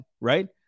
right